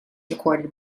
recorded